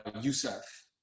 Youssef